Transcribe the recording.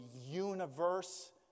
universe